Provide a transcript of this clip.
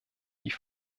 die